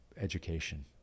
education